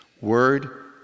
word